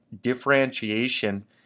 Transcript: differentiation